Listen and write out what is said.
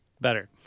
better